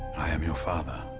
i am your father.